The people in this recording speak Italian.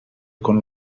con